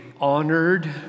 honored